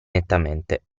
nettamente